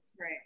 right